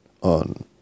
on